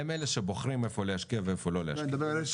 הם אלה שבוחרים איפה להשקיע ואיפה לא להשקיע.